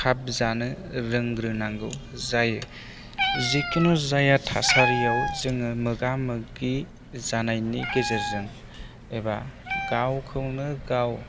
खाफ जानो रोंग्रोनांगौ जायो जिखुनु जाया थासारियाव जोङो मोगा मोगि जानायनि गेजेरजों एबा गावखौनो गाव